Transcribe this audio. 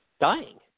dying